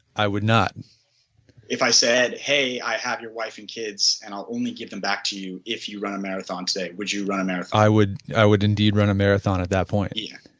i would not if i said, hey i have your wife and kids and i'll only give them back to you if you run a marathon today, would you run a marathon? i would i would indeed run a marathon at that point yes.